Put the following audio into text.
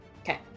Okay